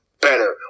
better